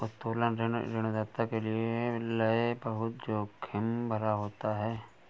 उत्तोलन ऋण ऋणदाता के लये बहुत जोखिम भरा होता है